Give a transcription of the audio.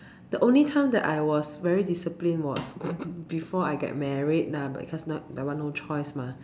the only time that I was very disciplined was before I get married lah because not that one no choice mah